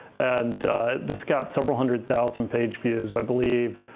and this got several hundred thousand pageviews, i believe,